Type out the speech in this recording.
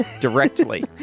directly